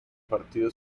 partido